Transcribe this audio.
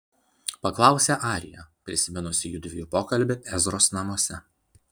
paklausė arija prisiminusi judviejų pokalbį ezros namuose